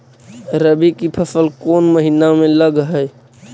रबी की फसल कोन महिना में लग है?